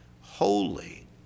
holy